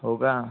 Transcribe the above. हो का